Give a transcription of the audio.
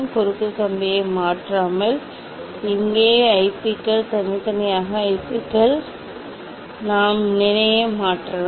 குறுக்கு கம்பியை மாற்றாமல் இங்கே ஐபிக்கள் தனித்தனியாக ஐபிக்கள் நாம் நிலையை மாற்றலாம்